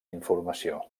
informació